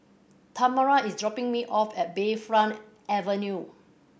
Tamara is dropping me off at Bayfront Avenue